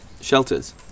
shelters